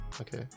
okay